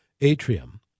atrium